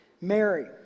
Mary